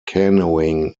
canoeing